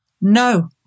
No